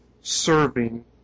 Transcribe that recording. serving